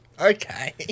Okay